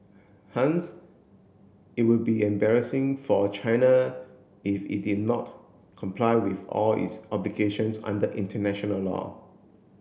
hence it would be embarrassing for China if it did not comply with all its obligations under international law